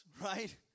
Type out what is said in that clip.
right